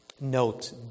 Note